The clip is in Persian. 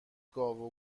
گاو